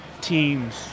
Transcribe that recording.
teams